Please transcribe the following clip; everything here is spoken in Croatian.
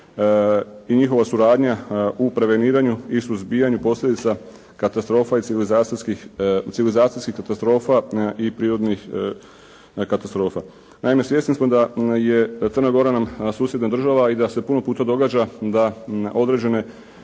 i njihova suradnja u preveniranju i suzbijanju posljedica katastrofa, civilizacijskih katastrofa i prirodnih katastrofa. Naime, svjesni smo da je Crna Gora nam susjedna država i da se puno puta događa da određene